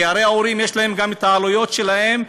כי הרי ההורים יש להם גם העלויות שלהם,